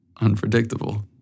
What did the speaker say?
Unpredictable